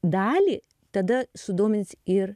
dalį tada sudomins ir